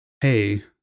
hey